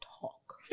talk